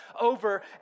over